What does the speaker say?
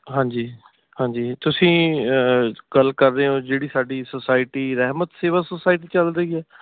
ਹਾਂਜੀ ਹਾਂਜੀ ਤੁਸੀਂ ਗੱਲ ਕਰ ਰਹੇ ਹੋ ਜਿਹੜੀ ਸਾਡੀ ਸੋਸਾਇਟੀ ਰਹਿਮਤ ਸੇਵਾ ਸੋਸਾਇਟੀ ਚੱਲ ਰਹੀ ਹੈ